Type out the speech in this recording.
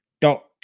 Doc